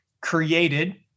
created